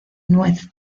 nuez